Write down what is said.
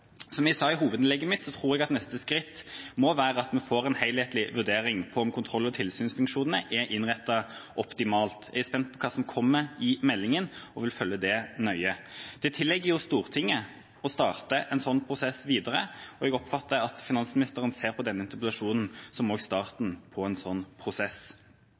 Som jeg sa i hovedinnlegget mitt, tror jeg at neste skritt må være at vi får en helhetlig vurdering av om kontroll- og tilsynsfunksjonene er innrettet optimalt. Jeg er spent på hva som kommer i meldinga, og vil følge det nøye. Det tilligger jo Stortinget å starte en slik prosess, og jeg oppfattet at finansministeren ser på denne interpellasjonen som starten på en slik prosess.